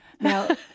Now